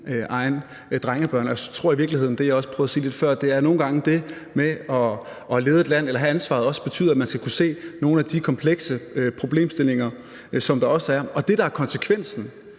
egne drengebørn, og jeg tror i virkeligheden, og det var også det, jeg prøvede at sige lige før, at det med at lede et land og have ansvaret nogle gange også betyder, at man skal kunne se nogle af de komplekse problemstillinger, som der også er. Det, der er konsekvensen,